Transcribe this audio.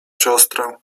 siostrę